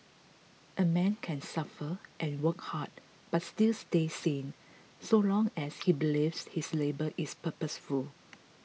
a man can suffer and work hard but still stay sane so long as he believes his labour is purposeful